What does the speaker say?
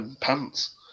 pants